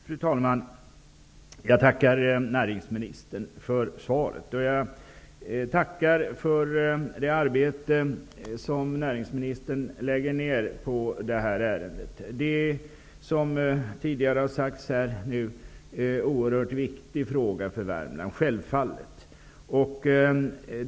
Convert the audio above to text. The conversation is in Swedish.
Fru talman! Jag tackar näringsministern för svaret. Jag tackar för det arbete som näringsministern lägger ned på det här ärendet. Detta är, som har sagts här tidigare, en oerhört viktig fråga för Värmland. Självfallet.